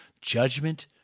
Judgment